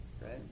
Right